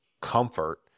comfort